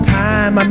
time